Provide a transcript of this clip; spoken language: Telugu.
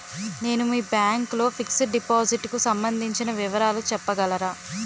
నేను మీ బ్యాంక్ లో ఫిక్సడ్ డెపోసిట్ కు సంబందించిన వివరాలు చెప్పగలరా?